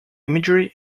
imagery